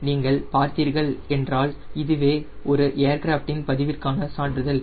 நீங்கள் பார்த்தீர்கள் என்றால் இதுவே ஒரு ஏர்கிராஃப்டின் பதிவிற்கான சான்றிதழ்